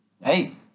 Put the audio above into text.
Hey